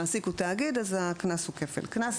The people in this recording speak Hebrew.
המעסיק הוא תאגיד אז הקנס הוא כפל קנס.